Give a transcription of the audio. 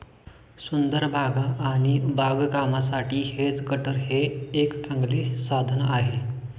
सुंदर बागा आणि बागकामासाठी हेज कटर हे एक चांगले साधन आहे